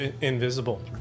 Invisible